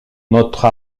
notre